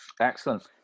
Excellent